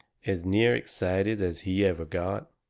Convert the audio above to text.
as near excited as he ever got.